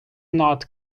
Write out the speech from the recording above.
not